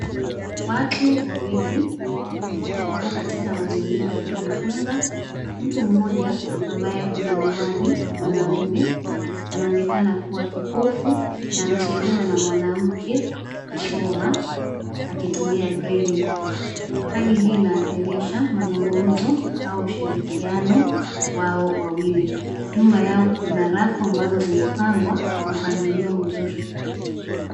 Watu wawili wako katika mazingira ya kujifunza. Mtu mmoja ambaye akona miwani mwanaume anaonekana kuwa kipofu na anasaidiwa na mwanamke kusoma akitumia braille .Hali hii inadhihirisha mazungumzo au ushirikiano wao wawili. Nyuma yao kuna rafu ambazo zimepangwa kwa mpangilio mzuri.